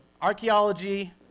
archaeology